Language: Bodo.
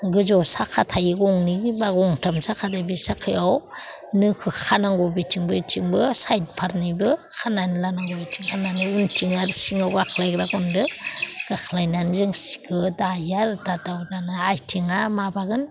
गोजौवाव साखा थायो गंनै बा गंथाम साखा दङ बे साखायाव नोखौ खानांगौ बेथिंबो बेथिंबो साइट फारनैबो खानानै लानांगौ बेथिं खानानै उनथिं आरो सिङाव आख्लायग्रा गनजों गाख्लायनानै जों सिखौ दायो आरो दादावबानो आयथिङा माबागोन